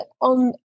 on